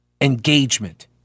engagement